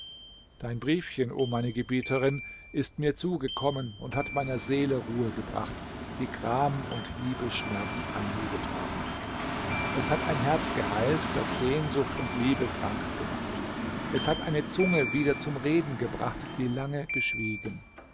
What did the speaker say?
dein briefchen o meine gebieterin ist mir zugekommen und hat meiner seele ruhe gebracht die gram und liebesschmerz ermüdet haben es hat ein herz geheilt das sehnsucht und liebe krank gemacht es hat eine zunge wieder zum reden gebracht die lange geschwiegen